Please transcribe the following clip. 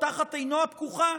או תחת עינו הפקוחה,